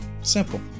Simple